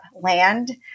land